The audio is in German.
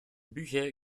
bücher